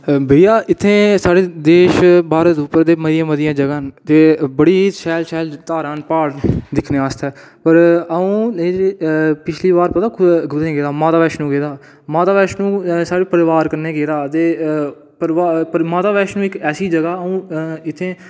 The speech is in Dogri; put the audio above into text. भैया इत्थै साढ़े देश भारत च मतियां मतियां जगहां न बड़ी शैल शैल धारां प्हाड़ न दिक्खने आस्तै अ'ऊं पिछली बार पता कुत्थै गेआ माता बैश्णो माता बैश्णो साढ़े परोआर कन्नै गेदा ते परोआर माता बैश्णो ऐसी जगह् इत्थै